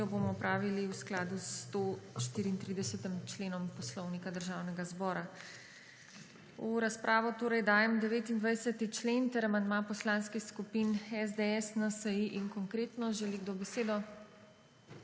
ki jo bomo opravili v skladu s 134. členom Poslovnika Državnega zbora. V razpravo torej dajem 29. člen ter amandma poslanskih skupin SDS, NSi in Konkretno. Želi kdo besedo?